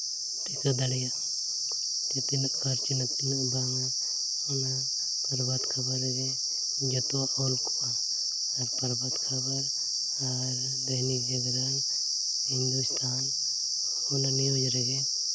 ᱴᱷᱤᱠᱟᱹ ᱫᱟᱲᱮᱭᱟᱜᱼᱟ ᱡᱮ ᱛᱤᱱᱟᱹᱜ ᱠᱷᱚᱨᱚᱪ ᱮᱱᱟ ᱛᱤᱱᱟᱹᱜ ᱵᱟᱝ ᱼᱟ ᱚᱱᱟ ᱯᱨᱚᱵᱷᱟᱛ ᱠᱷᱚᱵᱚᱨ ᱨᱮᱜᱮ ᱡᱚᱛᱚᱣᱟᱜ ᱚᱞ ᱠᱚᱜᱼᱟ ᱟᱨ ᱯᱨᱚᱵᱷᱟᱛ ᱠᱷᱚᱵᱚᱨ ᱟᱨ ᱫᱚᱭᱱᱤᱠ ᱡᱟᱜᱽᱨᱚᱱ ᱦᱤᱱᱫᱩᱥᱛᱷᱟᱱ ᱚᱱᱟ ᱱᱤᱭᱩᱡᱽ ᱨᱮᱜᱮ